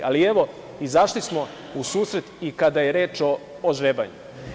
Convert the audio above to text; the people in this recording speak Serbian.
Ali, evo, izašli smo u susret i kada je reč o žrebanju.